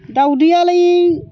दाउदैयालाय